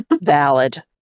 Valid